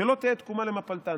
שלא תהא תקומה למפלתן".